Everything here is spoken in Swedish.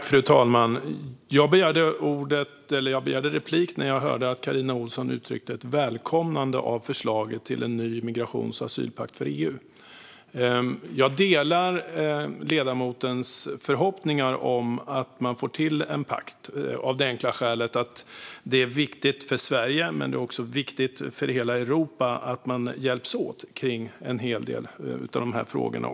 Fru talman! Jag begärde replik när jag hörde att Carina Ohlsson uttryckte ett välkomnande av förslaget till en ny asyl och migrationspakt för EU. Jag delar ledamotens förhoppningar om att man får till en pakt, av det enkla skälet att det är viktigt för Sverige men också för hela Europa att man hjälps åt kring en hel del av dessa frågor.